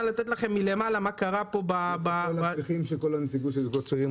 איפה כל הנציגות של הזוגות הצעירים?